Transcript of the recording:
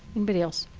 anybody else?